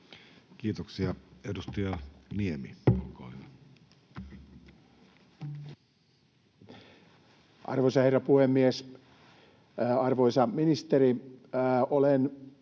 Kiitoksia. — Edustaja Niemi, olkaa hyvä. Arvoisa herra puhemies! Arvoisa ministeri! Olen